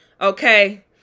Okay